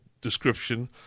description